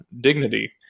dignity